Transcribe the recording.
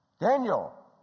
Daniel